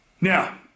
Now